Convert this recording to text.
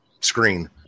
screen